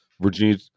Virginia